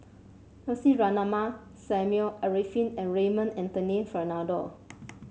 Lucy Ratnammah Samuel Arifin and Raymond Anthony Fernando